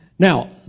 Now